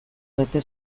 bete